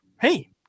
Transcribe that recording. hey